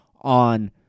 on